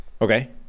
okay